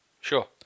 Sure